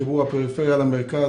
חיבור הפריפריה למרכז,